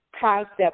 concept